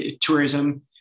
tourism